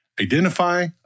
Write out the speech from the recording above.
identify